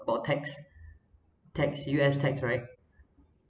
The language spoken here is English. of tax tax U_S tax right